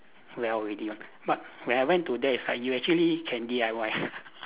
well already [what] but when I went to there is like you actually can D_I_Y